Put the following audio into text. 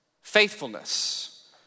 faithfulness